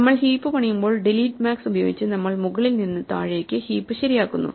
നമ്മൾ ഹീപ്പ് പണിയുമ്പോൾ delete max ഉപയോഗിച്ച് നമ്മൾ മുകളിൽ നിന്ന് താഴേക്ക് ഹീപ്പ് ശരിയാക്കുന്നു